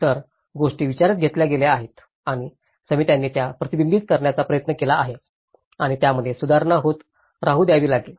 तर गोष्टी विचारात घेतल्या आहेत आणि समित्यांनी त्या प्रतिबिंबित करण्याचा प्रयत्न केला आहे आणि त्यामध्ये सुधारणा होत राहू द्यावी लागेल